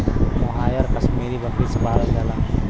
मोहायर कशमीरी बकरी से पावल जाला